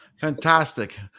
Fantastic